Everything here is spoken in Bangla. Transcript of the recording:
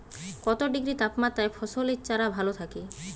কত ডিগ্রি তাপমাত্রায় ফসলের চারা ভালো থাকে?